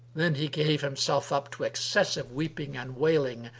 then he gave himself up to excessive weeping and wailing,